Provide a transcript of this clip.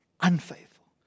unfaithful